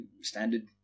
standard